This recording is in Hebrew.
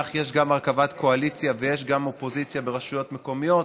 כך יש גם הרכבת קואליציה ויש גם אופוזיציה ברשויות מקומיות.